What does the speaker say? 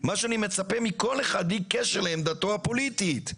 מה שאני מצפה מכל אחד בלי קשר לעמדתו הפוליטית,